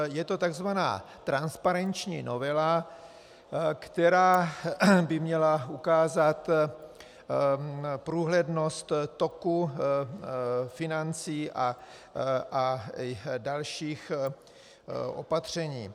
Je to takzvaná transparenční novela, která by měla ukázat průhlednost toku financí a dalších opatření.